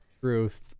Truth